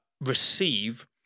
receive